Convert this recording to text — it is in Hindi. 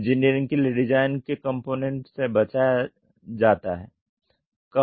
इंजीनियरिंग के लिए डिजाइन के कॉम्पोनेन्ट से बचा जाता है